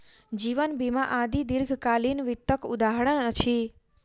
जीवन बीमा आदि दीर्घकालीन वित्तक उदहारण अछि